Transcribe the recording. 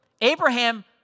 Abraham